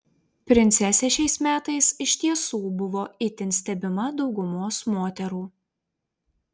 princesė šiais metais iš tiesų buvo itin stebima daugumos moterų